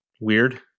weird